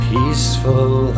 Peaceful